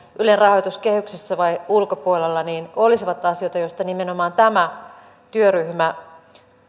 ylen rahoitus kehyksissä vai ulkopuolella olisivat asioita joista nimenomaan tämä työryhmä